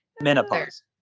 Menopause